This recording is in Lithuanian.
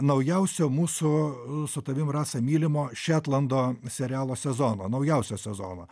naujausio mūsų su tavim rasa mylimo šetlando serialo sezono naujausio sezono